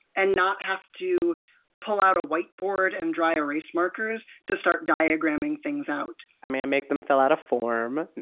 and not have to pull out a whiteboard and dry erase markers to start diagramming things out i mean i make them fill out a form!